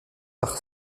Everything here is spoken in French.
par